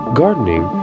gardening